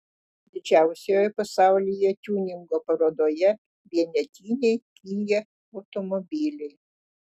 didžiausioje pasaulyje tiuningo parodoje vienetiniai kia automobiliai